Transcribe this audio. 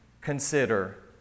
consider